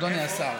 אדוני השר.